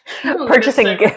purchasing